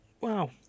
wow